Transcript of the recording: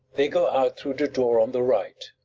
they go out through the door on the right.